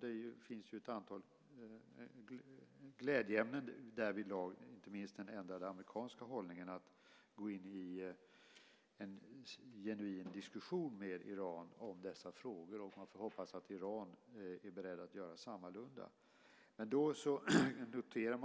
Det finns ett antal glädjeämnen därvidlag, inte minst den ändrade amerikanska hållningen när det gäller att gå in i en genuin diskussion med Iran om dessa frågor. Man får hoppas att Iran är berett att göra sammalunda. Man kan notera